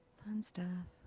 fun stuff.